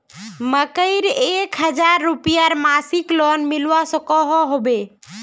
मकईर एक हजार रूपयार मासिक लोन मिलवा सकोहो होबे?